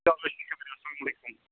چلو جِناب اسلام علیکُم